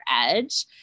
edge